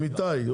עם איתי,